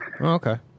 Okay